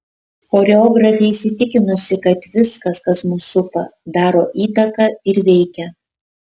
choreografė įsitikinusi kad viskas kas mus supa daro įtaką ir veikia